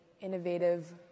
innovative